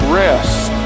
rest